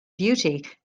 beauty